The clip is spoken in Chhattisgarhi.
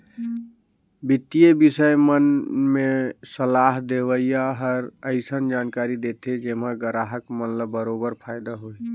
बित्तीय बिसय मन म सलाह देवइया हर अइसन जानकारी देथे जेम्हा गराहक मन ल बरोबर फायदा होही